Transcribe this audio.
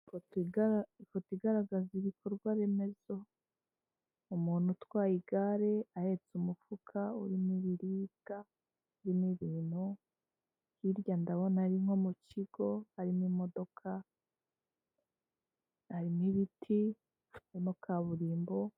Inzu isize amarange y'umweru iri kumwe n'ifite amabati atukura, hejura haranyuraho insinga z'umuriro hari urugo rw'imiyenzi.